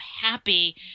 happy